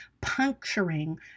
puncturing